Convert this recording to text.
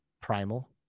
primal